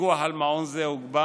הפיקוח על מעון זה הוגבר,